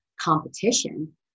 competition